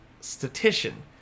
statistician